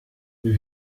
you